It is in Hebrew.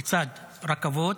לצד רכבות,